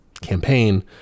campaign